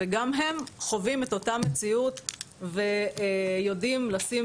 וגם הם חווים את אותה המציאות ויודעים לשים